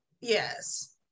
Yes